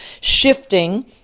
shifting